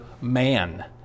man